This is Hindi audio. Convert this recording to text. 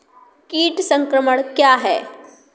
कीट संक्रमण क्या है?